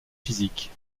physiques